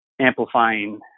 amplifying